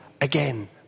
again